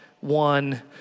one